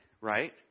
right